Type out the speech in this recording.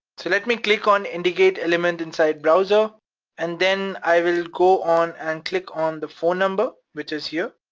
so let me click on indicate element inside browser and then i will go on and click on the phone number, which is here.